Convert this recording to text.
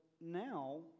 now